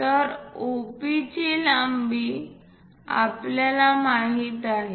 तर OP ची लांबी आपल्याला माहित आहे